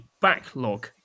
backlog